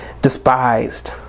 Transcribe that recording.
despised